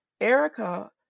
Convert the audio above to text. Erica